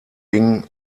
bing